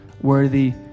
worthy